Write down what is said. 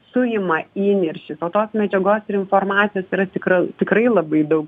suima įniršis o tos medžiagos ir informacijos yra tikra tikrai labai daug